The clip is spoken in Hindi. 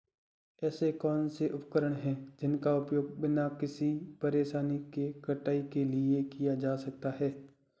ऐसे कौनसे उपकरण हैं जिनका उपयोग बिना किसी परेशानी के कटाई के लिए किया जा सकता है?